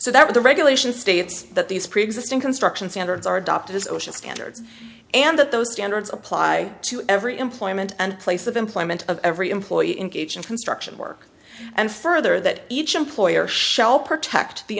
so that the regulations states that these preexisting construction standards are adopted as osha standards and that those standards apply to every employment and place of employment of every employee engage in construction work and further that each employer shall protect the